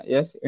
Yes